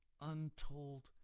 untold